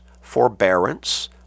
forbearance